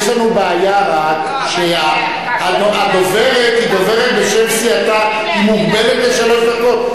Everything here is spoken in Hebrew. רק יש לנו בעיה שהדוברת היא דוברת בשם סיעתה ומוגבלת לשלוש דקות.